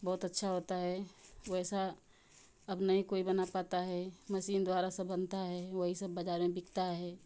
बहुत अच्छा होता है वैसा अब नहीं कोई बना पाता है मशीन द्वारा सब बनता है वही सब बाज़ार में बिकता है